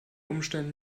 umständen